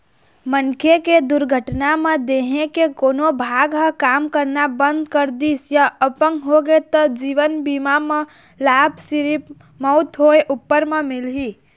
मनखे के दुरघटना म देंहे के कोनो भाग ह काम करना बंद कर दिस य अपंग होगे त जीवन बीमा म लाभ सिरिफ मउत होए उपर म मिलही